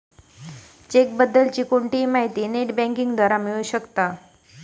check बद्दल ची कोणतीही माहिती नेट बँकिंग द्वारा मिळू शकताव